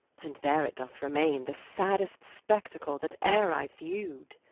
and there it doth remaine, the saddest spectacle that ere i view'd